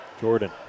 Jordan